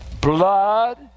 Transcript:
blood